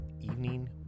evening